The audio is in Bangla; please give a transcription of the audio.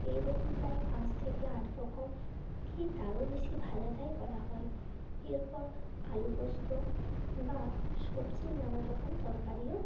এই রকম প্রায় পাঁচ থেকে আট রকম কী তারও বেশি ভাজাটাই করা হয় এরপর আলু পোস্ত বা সবজির নানা রকম তরকারিও